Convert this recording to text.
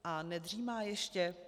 A nedřímá ještě?